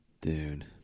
Dude